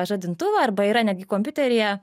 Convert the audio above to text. žadintuvą arba yra netgi kompiuteryje